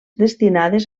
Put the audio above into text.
destinades